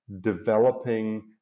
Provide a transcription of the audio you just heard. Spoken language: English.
developing